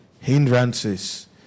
hindrances